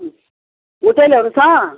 होटेलहरू छ